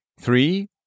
Three